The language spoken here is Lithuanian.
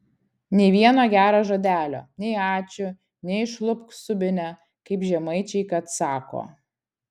nei vieno gero žodelio nei ačiū nei išlupk subinę kaip žemaičiai kad sako